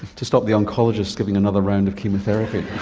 to stop the oncologists giving another round of chemotherapy.